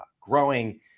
growing